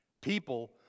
People